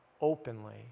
openly